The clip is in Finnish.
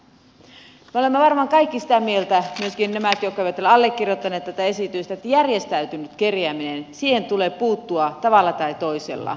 me olemme varmaan kaikki sitä mieltä myöskin nämä jotka eivät ole allekirjoittaneet tätä esitystä että järjestäytyneeseen kerjäämiseen tulee puuttua tavalla tai toisella